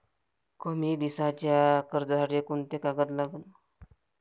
कमी दिसाच्या कर्जासाठी कोंते कागद लागन?